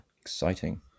Exciting